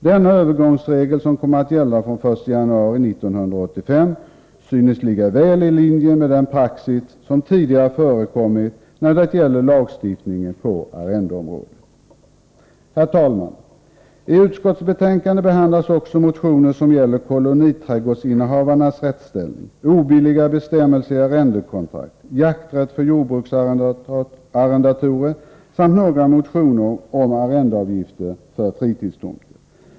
Denna övergångsregel, som kommer att gälla från den 1 januari 1985, synes ligga väl i linje med den praxis som tidigare förekommit när det gäller lagstiftningen på arrendeområdet. Herr talman! I utskottsbetänkandet behandlas också motioner som gäller koloniträdgårdsinnehavarnas rättsställning, obilliga bestämmelser i arrendekontrakt, jakträtt för jordbruksarrendatorer samt några motioner om arrendeavgiften för fritidstomter.